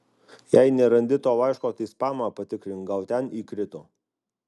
jei nerandi to laiško tai spamą patikrink gal ten įkrito